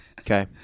Okay